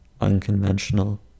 unconventional